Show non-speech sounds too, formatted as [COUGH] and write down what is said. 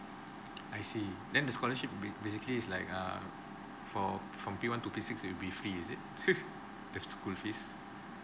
I see then the scholarship ba~ basically is like err for from P one to P six it'll be free is it [LAUGHS] the schools fees